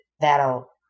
that'll